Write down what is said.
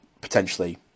potentially